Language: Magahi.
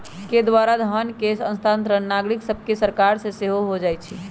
के द्वारा धन के स्थानांतरण नागरिक सभसे सरकार के हो जाइ छइ